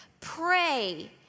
Pray